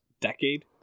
decade